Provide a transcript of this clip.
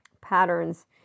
patterns